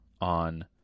on